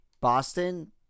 Boston